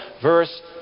verse